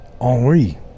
Henri